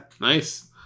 Nice